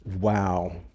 Wow